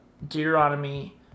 Deuteronomy